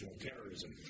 terrorism